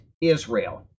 Israel